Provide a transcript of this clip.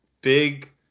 big